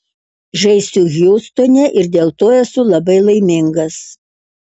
žaisiu hjustone ir dėl to esu labai laimingas